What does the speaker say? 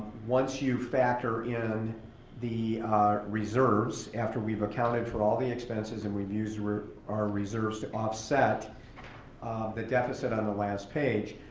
once you factor in the reserves, after we've accounted for all the expenses and we've used our reserves to offset the deficit on the last page,